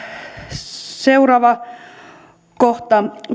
seuraava kohta